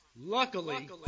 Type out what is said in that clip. Luckily